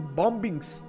bombings